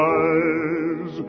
eyes